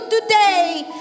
today